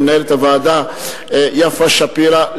למנהלת הוועדה יפה שפירא,